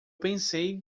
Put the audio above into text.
pensei